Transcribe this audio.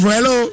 Hello